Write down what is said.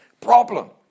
problem